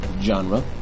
genre